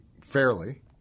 fairly